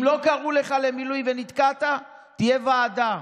אם לא קראו לך למילואים ונתקעת, תהיה ועדה.